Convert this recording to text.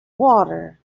water